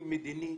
מדיני